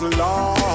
love